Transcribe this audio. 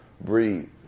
breed